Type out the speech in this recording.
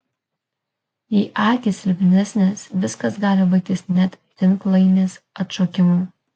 jei akys silpnesnės viskas gali baigtis net tinklainės atšokimu